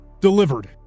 delivered